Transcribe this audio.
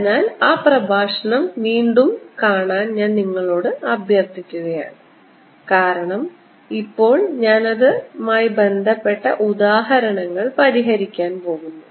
അതിനാൽ ആ പ്രഭാഷണം വീണ്ടും കാണാൻ ഞാൻ നിങ്ങളോട് അഭ്യർത്ഥിക്കുന്നു കാരണം ഇപ്പോൾ ഞാൻ അതുമായി ബന്ധപ്പെട്ട ഉദാഹരണങ്ങൾ പരിഹരിക്കാൻ പോകുന്നു